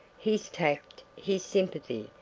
his tact, his sympathy,